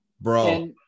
Bro